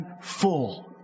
full